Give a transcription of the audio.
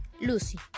Lucy